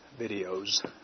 videos